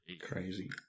Crazy